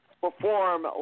perform